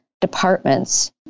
departments